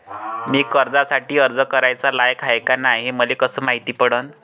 मी कर्जासाठी अर्ज कराचा लायक हाय का नाय हे मले कसं मायती पडन?